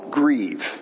grieve